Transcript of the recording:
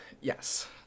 Yes